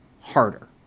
harder